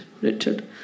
Richard